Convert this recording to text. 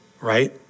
right